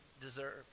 deserve